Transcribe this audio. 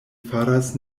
faras